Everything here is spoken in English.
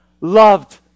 Loved